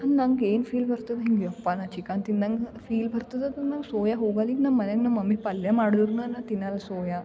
ಅದು ನಂಗೇನು ಫೀಲ್ ಬರ್ತದೆ ಹಿಂಗೆ ಯಪ್ಪ ನಾ ಚಿಕನ್ ತಿಂದಂಗೆ ಫೀಲ್ ಬರ್ತದೆ ಅದು ನಾ ಸೋಯಾ ಹೋಗಲಿಗ ನಮ್ಮ ಮನೆಯಾಗು ಮಮ್ಮಿ ಪಲ್ಯ ಮಾಡಿದ್ರುನ್ ನಾನು ತಿನ್ನೊಲ್ಲ ಸೋಯಾ